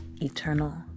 eternal